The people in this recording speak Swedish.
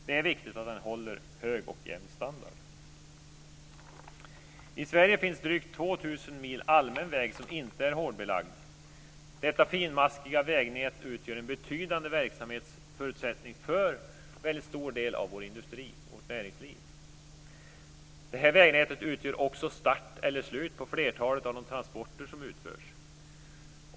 Det är viktigt att vägarna håller en hög och jämn standard. I Sverige finns det drygt 2 000 mil allmän väg som inte är hårdbelagd. Detta finmaskiga vägnät utgör en betydande verksamhetsförutsättning för en väldigt stor del av vår industri och vårt näringsliv. Detta vägnät utgör också start eller slut på flertalet av de transporter som utförs.